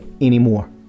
anymore